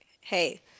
hey